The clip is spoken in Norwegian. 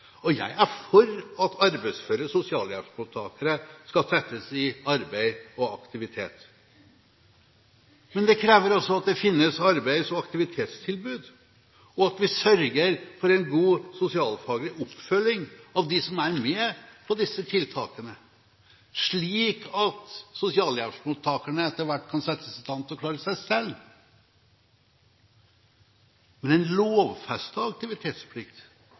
aktivitetsplikt. Jeg er for at arbeidsføre sosialhjelpsmottakere skal settes i arbeid og aktivitet. Men det krever også at det finnes arbeids- og aktivitetstilbud, og at vi sørger for en god sosialfaglig oppfølging av dem som er med på disse tiltakene, slik at sosialhjelpsmottakerne etter hvert kan settes i stand til å klare seg selv. Men en lovfestet aktivitetsplikt,